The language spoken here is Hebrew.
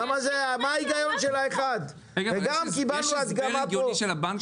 תאר לך שחברת החשמל הייתה בחופש בקביעת מחירי החשמל,